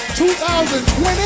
2020